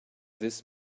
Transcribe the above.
this